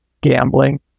gambling